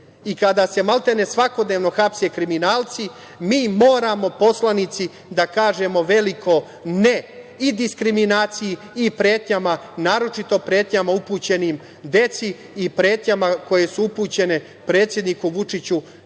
i kada se maltene svakodnevno hapse kriminalci, mi moramo, poslanici, da kažemo veliko – ne i diskriminaciji i pretnjama, naročito pretnjama upućenim deci i pretnjama koje su upućene predsedniku Vučiću